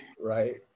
Right